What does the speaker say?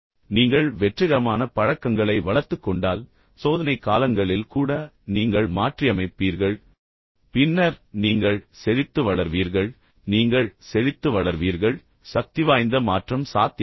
நீங்கள் வெற்றிகரமான பழக்கங்களை வளர்த்துக் கொண்டால் சோதனைக் காலங்களில் கூட நீங்கள் மாற்றியமைப்பீர்கள் பின்னர் நீங்கள் செழித்து வளர்வீர்கள் நீங்கள் செழித்து வளர்வீர்கள் சக்திவாய்ந்த மாற்றம் சாத்தியமாகும்